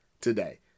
today